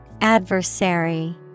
Adversary